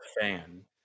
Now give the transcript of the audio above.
fan